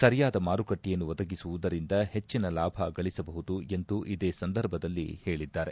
ಸರಿಯಾದ ಮಾರುಕಟ್ಟೆಯನ್ನು ಒದಗಿಸುವುದರಿಂದ ಹೆಚ್ಚಿನ ಲಾಭ ಗಳಿಸಬಹುದು ಎಂದು ಇದೇ ಸಂದರ್ಭದಲ್ಲಿ ಹೇಳಿದ್ದಾರೆ